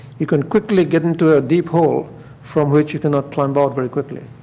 you could quickly get into a deep hole from which you cannot climb out very quickly.